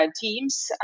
teams